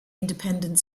independent